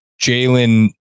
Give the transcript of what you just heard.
Jalen